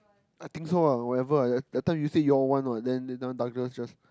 I think so ah wherever ah that that time you all say you all want [what] then that time Douglas just